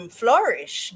flourish